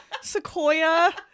Sequoia